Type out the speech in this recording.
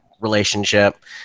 relationship